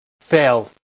fail